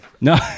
No